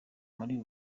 muri